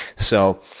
so,